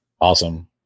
awesome